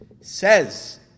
says